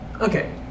okay